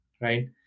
right